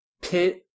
pit